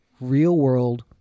real-world